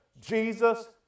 Jesus